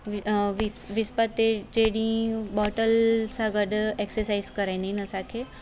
विसिपत जे ॾींहुं बॉटल सां गॾु एक्सरसाइज़ कराईंदा आहिनि असांखे